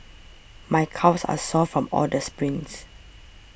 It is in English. my calves are sore from all the sprints